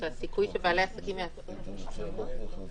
מה הסיכוי שבעלי עסקים יעשו --- הסיכוי